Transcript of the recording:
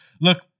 Look